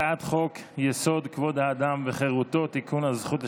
הצעת חוק-יסוד: כבוד האדם וחירותו (תיקון הזכות לשוויון),